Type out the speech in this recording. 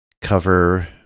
cover